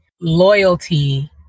loyalty